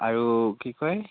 আৰু কি কয়